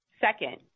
Second